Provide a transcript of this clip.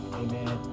amen